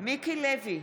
מיקי לוי,